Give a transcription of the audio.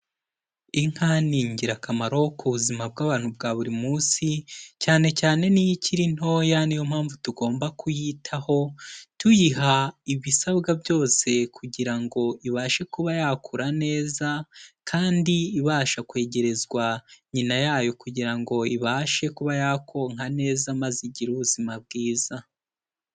Inka ni ingirakamaro ku buzima bw'abantu bwa buri munsi cyane cyane n'iyo ikiri ntoya, ni yo mpamvu tugomba kuyitaho, tuyiha ibisabwa byose kugira ngo ibashe kuba yakura neza kandi ibasha kwegerezwa nyina yayo kugira ngo ibashe kuba yakonka neza, maze igire ubuzima bwiza.